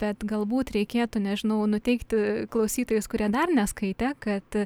bet galbūt reikėtų nežinau nuteikti klausytojus kurie dar neskaitė kad